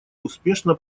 успешно